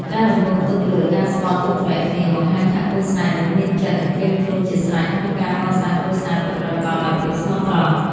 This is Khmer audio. ការរំពឹងទុកលើ "ការស្គាល់ទុក្ខធុរៈគ្នា" បង្ហាញថាគូស្នេហ៍នោះមានសមានចិត្ត និងត្រៀមខ្លួនជាស្រេចក្នុងការកសាងគ្រួសារពិតប្រាកដដោយភាពស្មោះត្រង់។